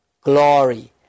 glory